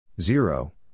Zero